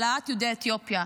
להעלאת יהודי אתיופיה.